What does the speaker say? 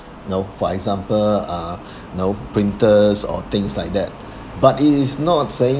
you know for example uh you know printers or things like that but it is not saying